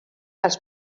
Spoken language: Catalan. els